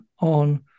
on